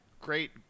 Great